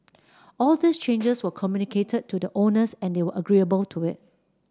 all these changes were communicated to the owners and they were agreeable to it